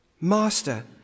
Master